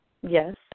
yes